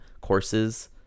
courses